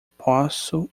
posso